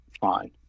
Fine